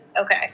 Okay